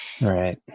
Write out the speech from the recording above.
Right